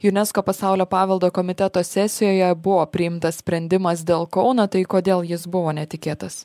junesko pasaulio paveldo komiteto sesijoje buvo priimtas sprendimas dėl kauno tai kodėl jis buvo netikėtas